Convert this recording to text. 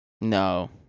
No